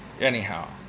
Anyhow